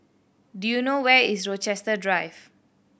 do you know where is Rochester Drive